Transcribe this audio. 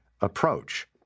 approach